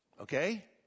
Okay